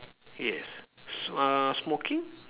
yes s~ uh smoking